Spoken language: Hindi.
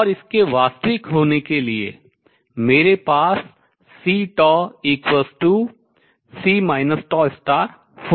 और इसके वास्तविक होने के लिए मेरे पास CC होना चाहिए